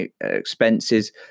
expenses